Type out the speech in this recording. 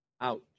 ouch